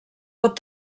pot